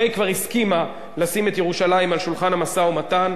הרי כבר הסכימה לשים את ירושלים על שולחן המשא-ומתן,